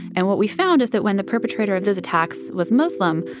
and what we found is that when the perpetrator of those attacks was muslim,